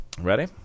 Ready